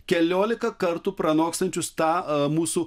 keliolika kartų pranokstančius tą mūsų